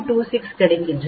26 கிடைக்கிறது